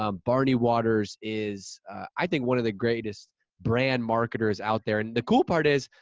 ah barney waters is i think one of the greatest brand marketers out there. and the cool part is,